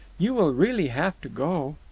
you will really have to go.